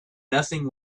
nothing